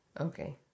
Okay